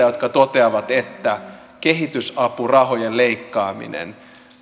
jotka toteavat että kehitysapurahojen leikkaaminen